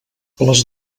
les